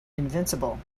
invincible